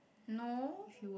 no